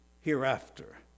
hereafter